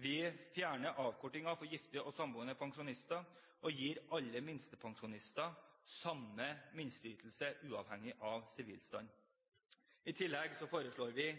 Vi fjerner avkortingen for gifte og samboende pensjonister og gir alle minstepensjonister samme minsteytelse uavhengig av sivilstand. I tillegg foreslår vi